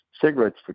cigarettes